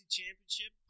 Championship